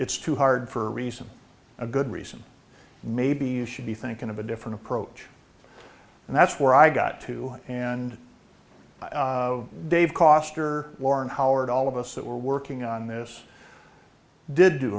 it's too hard for a reason a good reason maybe you should be thinking of a different approach and that's where i got to and dave koester lauren howard all of us that were working on this did do